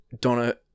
Donna